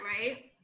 right